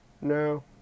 No